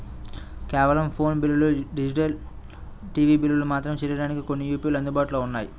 కేవలం ఫోను బిల్లులు, digital TV బిల్లులు మాత్రమే చెల్లించడానికి కొన్ని యాపులు అందుబాటులో ఉన్నాయి